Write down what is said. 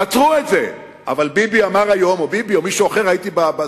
תעצרו את זה, אבל ביבי או מישהו אחר אמר: